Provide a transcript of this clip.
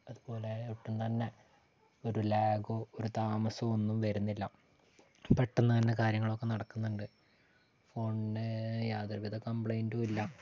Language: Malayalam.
അത്പോലെ ഒട്ടും തന്നെ ഒരു ലാഗോ ഒരു താമസമോ ഒന്നും വരുന്നില്ല പെട്ടെന്നുതന്നെ കാര്യങ്ങളൊക്കെ നടക്കുന്നുണ്ട് ഫോണിൻ്റെ യാതൊരുവിധ കംപ്ലൈൻറ്റും ഇല്ല